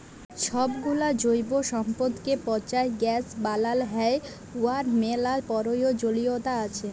ছবগুলা জৈব সম্পদকে পঁচায় গ্যাস বালাল হ্যয় উয়ার ম্যালা পরয়োজলিয়তা আছে